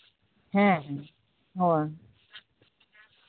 ᱦᱮᱸ ᱦᱮᱸ ᱦᱮᱸ